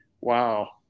wow